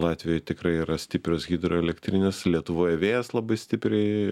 latvijoj tikrai yra stiprios hidroelektrinės lietuvoje vėjas labai stipriai